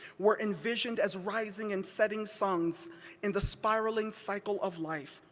were envisioned as rising and setting suns in the spiraling cycle of life,